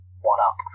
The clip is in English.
one-up